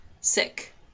Sick